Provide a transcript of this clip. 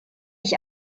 ich